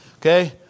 Okay